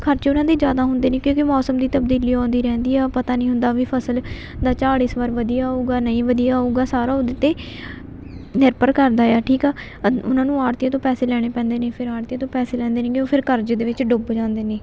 ਖਰਚੇ ਉਹਨਾਂ ਦੇ ਜ਼ਿਆਦਾ ਹੁੰਦੇ ਨੇ ਕਿਉਂਕਿ ਮੌਸਮ ਦੀ ਤਬਦੀਲੀ ਆਉਂਦੀ ਰਹਿੰਦੀ ਆ ਪਤਾ ਨਹੀਂ ਹੁੰਦਾ ਵੀ ਫਸਲ ਦਾ ਝਾੜ ਇਸ ਵਾਰ ਵਧੀਆ ਆਊਗਾ ਨਹੀਂ ਵਧੀਆ ਆਊਗਾ ਸਾਰਾ ਉਹਦੇ 'ਤੇ ਨਿਰਭਰ ਕਰਦਾ ਆ ਠੀਕ ਆ ਅੰ ਉਹਨਾਂ ਨੂੰ ਆੜ੍ਹਤੀਆਂ ਤੋਂ ਪੈਸੇ ਲੈਣੇ ਪੈਂਦੇ ਨੇ ਫਿਰ ਆੜ੍ਹਤੀਆਂ ਤੋਂ ਪੈਸੇ ਲੈਂਦੇ ਨੇ ਗੇ ਉਹ ਫਿਰ ਕਰਜ਼ੇ ਦੇ ਵਿੱਚ ਡੁੱਬ ਜਾਂਦੇ ਨੇ